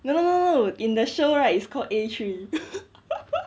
no no no no no in the show right is called A three